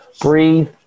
Breathe